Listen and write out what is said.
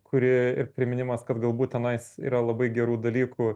kuri ir priminimas kad galbūt tenais yra labai gerų dalykų